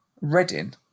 Reading